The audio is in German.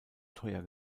teuer